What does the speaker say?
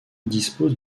dispose